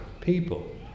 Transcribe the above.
people